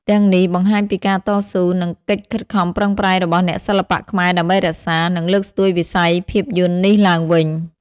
ទាំងនេះបង្ហាញពីការតស៊ូ និងកិច្ចខិតខំប្រឹងប្រែងរបស់អ្នកសិល្បៈខ្មែរដើម្បីរក្សា និងលើកស្ទួយវិស័យភាពយន្តនេះឡើងវិញ។